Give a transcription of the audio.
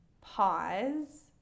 pause